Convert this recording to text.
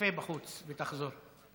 קפה בחוץ ותחזור.